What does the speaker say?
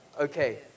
Okay